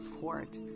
court